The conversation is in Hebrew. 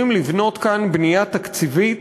צריכים לבנות כאן בנייה תקציבית,